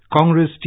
Congress